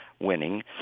winning